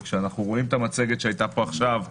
וכשאנחנו רואים את המצגת שהייתה פה עכשיו,